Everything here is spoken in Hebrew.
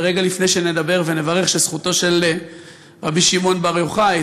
ורגע לפני שנדבר ונברך שזכותו של רבי שמעון בר יוחאי,